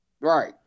Right